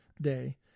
day